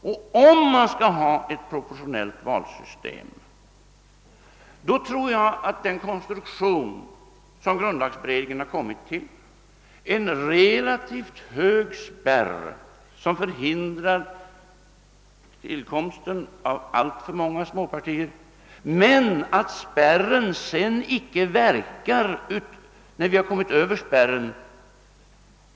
Och om man skall har ett proportionellt val system, tror jag att den konstruktion som grundlagberedningen föreslagit är riktig — en relativt hög spärr, som förhindrar tillkomsten av alltför många småpartier men som till skillnad från det nuvarande systemet icke verkar sedan man kommit över spärren.